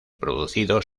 producidos